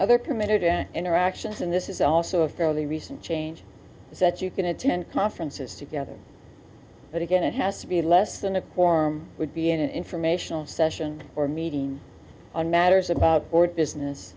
other committed and interactions and this is also a fairly recent change that you can attend conferences together but again it has to be less than a form would be an informational session or a meeting on matters about or business